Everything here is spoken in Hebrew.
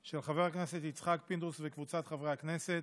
של חבר הכנסת יצחק פינדרוס וקבוצת חברי הכנסת,